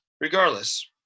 regardless